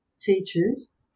teachers